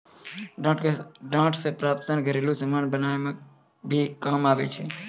डांट से प्राप्त सन घरेलु समान बनाय मे भी काम आबै छै